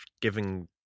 giving